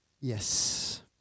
Yes